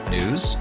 News